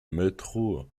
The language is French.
métro